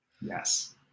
Yes